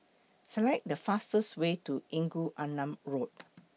Select The fastest Way to Engku Aman Road